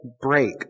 break